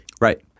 Right